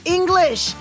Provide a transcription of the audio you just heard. English